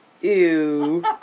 Ew